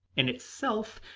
in itself,